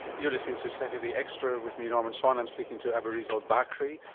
you're listening to saturday extra with me norman swan. i'm speaking to aburizal bakrie,